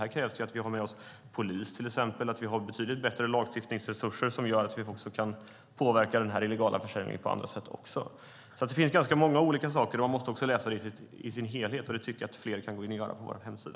Det krävs att vi har med oss polisen och att vi har betydligt bättre lagstiftningsresurser så att vi kan påverka den illegala försäljningen på andra sätt också. Det finns alltså ganska många olika saker. Man måste läsa det i sin helhet, och det tycker jag att fler kan gå in och göra på vår hemsida.